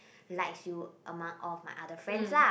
likes you among all of my other friends lah